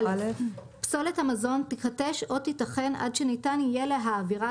פסולת המזון תיכתש או תיטחן עד שניתן יהיה להעבירה